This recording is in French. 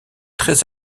très